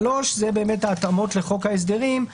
סעיף 3 אלה ההתאמות לחוק ההסדרים,